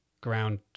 ground